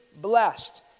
blessed